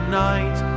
night